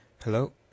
Hello